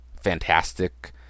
fantastic